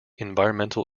environmental